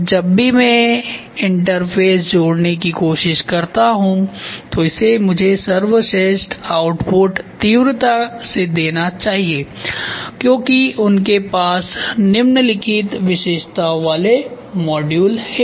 और जब भी मैं इंटरफ़ेसजोड़ने की कोशिश करता हूं तो इसे मुझे सर्वश्रेष्ठ आउटपुट तीव्रता से देना चाहिए क्योंकि उनके पास निम्नलिखित विशेषताों वाले मॉड्यूल हैं